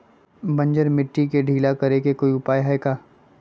बंजर मिट्टी के ढीला करेके कोई उपाय है का?